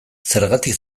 zergatik